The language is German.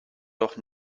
doch